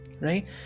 right